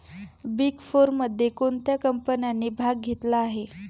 Big फोरमध्ये कोणत्या कंपन्यांनी भाग घेतला आहे?